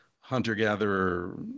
hunter-gatherer